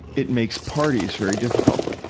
it makes parties very difficult,